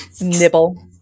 Nibble